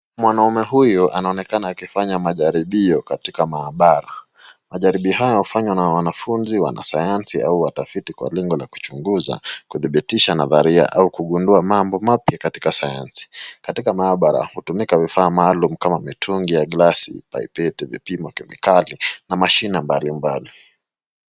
Mwanaume huyu anaonekana akifanya majaribio katika maabara. Majaribio haya hufanywa na wanafunzi, wanasayansi au watafiti kwa lengo la kuchunguza, kuthibitisha nadharia au kugundua mambo mapya katika sayansi. Katika maabara, hutumika vifaa maalum kama mitungi ya glasi, paipeti, vipimo kemikali na mashine mbalimbali.